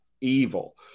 evil